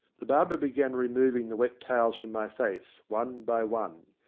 the barber began removing the wet towels from my face one by one.